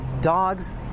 dogs